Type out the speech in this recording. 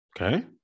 Okay